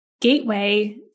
gateway